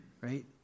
Right